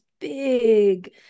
big